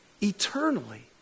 eternally